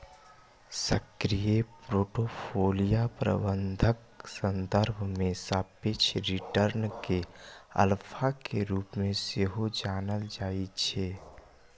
सक्रिय पोर्टफोलियो प्रबंधनक संदर्भ मे सापेक्ष रिटर्न कें अल्फा के रूप मे सेहो जानल जाइ छै